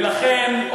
ולכן,